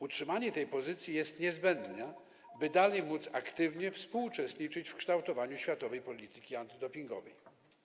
Utrzymanie tej pozycji jest niezbędne, by dalej móc aktywnie współuczestniczyć w kształtowaniu światowej polityki antydopingowej.